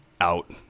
out